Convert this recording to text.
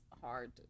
hard